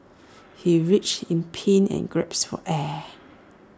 he writhed in pain and gasped for air